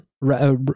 Right